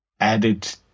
added